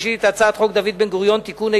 השלישית את הצעת חוק דוד בן-גוריון (תיקון),